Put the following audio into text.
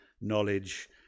knowledge